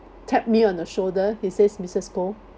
tapped me on the shoulder he says missus koh